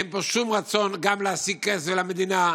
אין פה שום רצון גם להשיג כסף למדינה.